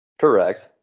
Correct